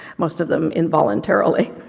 most of them involuntarily,